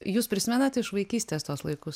jūs prisimenat iš vaikystės tuos laikus